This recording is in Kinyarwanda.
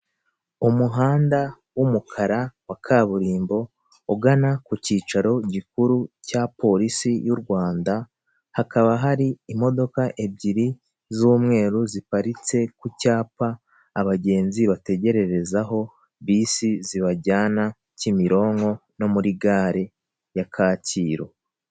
Umuhanda w'umukara wa kaburimbo, ugana ku cyicaro gikuru cya polisi y u Rwanda, hakaba hari imodoka ebyiri z'umweru ziparitse ku cyapa abagenzi bategerererezaho bisi zibajyana Kimironko no muri gare ya Kacyiru.